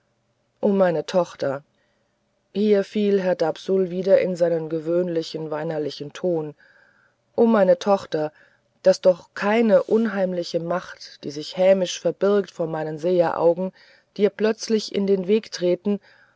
o meine tochter hier fiel herr dapsul wieder in seinen gewöhnlichen weinerlichen ton o meine tochter daß doch keine unheimliche macht die sich hämisch verbirgt vor meinen seheraugen dir plötzlich in den weg treten